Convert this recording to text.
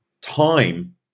time